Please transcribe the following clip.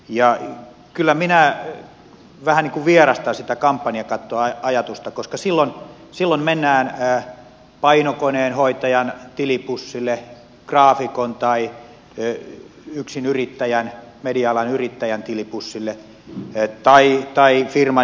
kyllä minä vähän vierastan sitä kampanjakattoajatusta koska silloin mennään painokoneen hoitajan tilipussille graafikon tai yksinyrittäjän media alan yrittäjän tilipussille tai firman jolla esimerkiksi teetin tämän vaalikynän